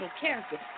Character